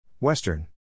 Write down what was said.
Western